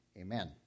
Amen